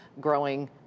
growing